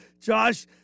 Josh